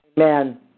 Amen